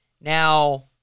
Now